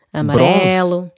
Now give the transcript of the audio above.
amarelo